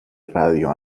radio